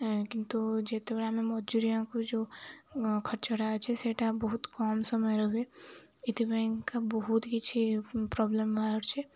କିନ୍ତୁ ଯେତେବେଳେ ଆମେ ମଜୁରିଆକୁ ଯୋଉ ଖର୍ଚ୍ଚଟା ଅଛି ସେଇଟା ବହୁତ କମ୍ ସମୟ ରହେ ଏଥିପାଇଁକା ବହୁତ କିଛି ପ୍ରୋବ୍ଲେମ୍ ବାହାରୁଛି